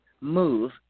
move